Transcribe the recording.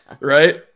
right